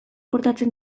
portatzen